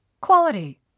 Quality